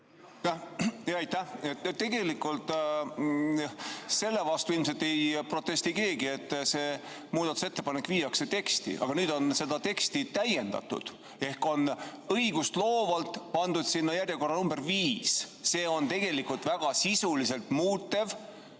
Hepner! Tegelikult selle vastu ilmselt ei protesti keegi, et see muudatusettepanek viiakse teksti. Aga nüüd on seda teksti täiendatud ehk on õigustloovalt pandud sinna järjekorranumber 5. See on tegelikult sisuliselt väga muutev